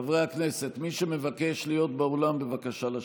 חברי הכנסת, מי שמבקש להיות באולם, בבקשה לשבת.